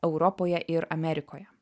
europoje ir amerikoje